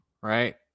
right